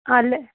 الہٕ